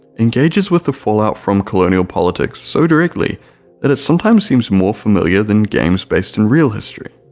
engages with the fallout from colonial politics so directly that it sometimes seems more familiar than games based in real history.